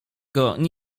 dane